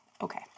Okay